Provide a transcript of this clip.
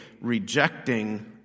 rejecting